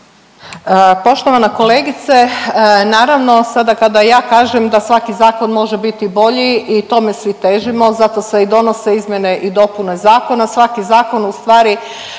Poštovana kolegice, naravno, sada kada ja kažem da svaki zakon može biti bolji i tome svi težimo, zato se i donose izmjene i dopune zakona, svaki zakon ustvari